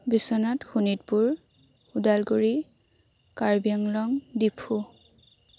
Biswanath Sonitpur Udalguri Karbi Anglong Diphu